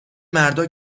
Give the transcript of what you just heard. مردا